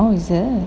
oh is it